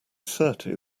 thirty